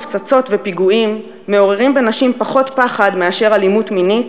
הפצצות ופיגועים מעוררים בנשים פחות פחד מאשר אלימות מינית,